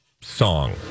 song